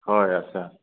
হয় আচ্ছা